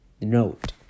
Note